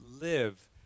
live